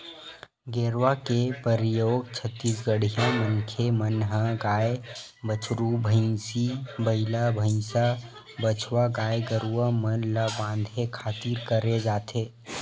गेरवा के परियोग छत्तीसगढ़िया मनखे मन ह गाय, बछरू, भंइसी, बइला, भइसा, बछवा गाय गरुवा मन ल बांधे खातिर करे जाथे